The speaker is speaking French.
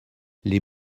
les